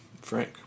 Frank